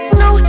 no